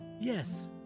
Yes